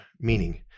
meaning